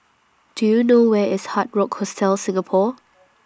Do YOU know Where IS Hard Rock Hostel Singapore